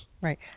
Right